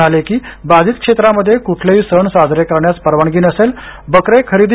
म्हणाले की बाधित क्षेत्रामध्ये कुठलेही सण साजरे करण्यास परवानगी नसेलविक्रीसाठी बकरे खरेदी